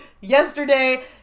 yesterday